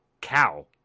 Cow